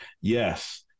yes